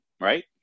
right